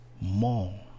more